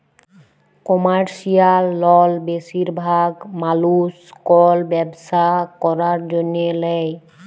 commercial লল বেশিরভাগ মালুস কল ব্যবসা ক্যরার জ্যনহে লেয়